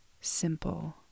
simple